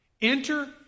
Enter